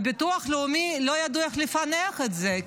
בביטוח הלאומי לא ידעו איך לפענח את זה,